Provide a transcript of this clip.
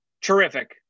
terrific